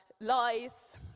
lies